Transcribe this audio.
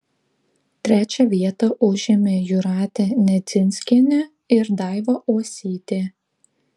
trečią vietą užėmė jūratė nedzinskienė ir daiva uosytė